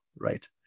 right